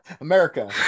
America